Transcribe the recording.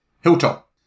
Hilltop